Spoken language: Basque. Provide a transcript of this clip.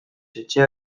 etxea